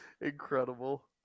Incredible